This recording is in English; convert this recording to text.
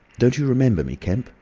don't you remember me, kemp?